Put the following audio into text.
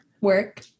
Work